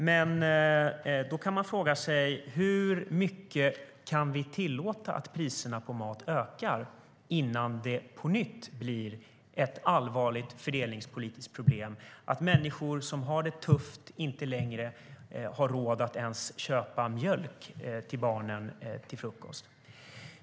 Men man kan fråga sig hur mycket vi kan tillåta att priserna på mat ökar innan det på nytt blir ett allvarligt fördelningspolitiskt problem att människor som har det tufft inte har råd att ens köpa mjölk till frukosten åt barnen.